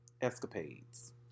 Escapades